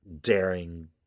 daring